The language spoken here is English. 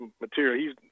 material